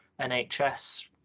NHS